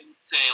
say